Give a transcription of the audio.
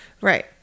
Right